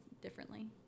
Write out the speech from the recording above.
differently